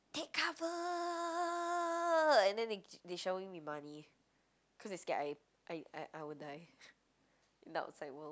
take cover and then they shower me with money cos they scared I I I will die in the outside world